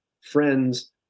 friends